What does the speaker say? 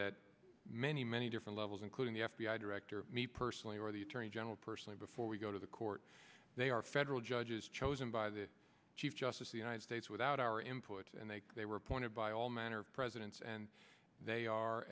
that many many different levels including the f b i director of me personally or the attorney general personally before we go to the court they are federal judges chosen by the chief justice the united states without our input and they they were appointed by all manner of presidents and they are